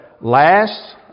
last